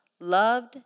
loved